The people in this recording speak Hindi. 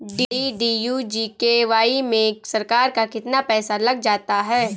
डी.डी.यू जी.के.वाई में सरकार का कितना पैसा लग जाता है?